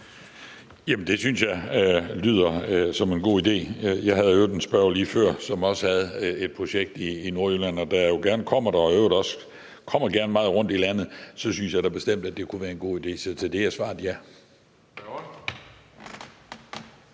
det synes jeg lyder som en god idé. Der var for øvrigt en spørger lige før, som også havde et projekt i Nordjylland, og da jeg jo gerne kommer der og i øvrigt gerne kommer meget rundt i landet, synes jeg da bestemt, at det kunne være en god ide. Så svaret er ja.